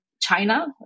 China